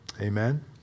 Amen